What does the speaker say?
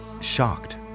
shocked